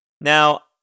Now